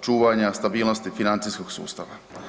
čuvanja stabilnosti financijskog sustava.